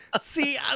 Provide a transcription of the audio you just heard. See